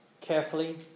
carefully